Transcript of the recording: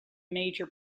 major